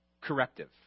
corrective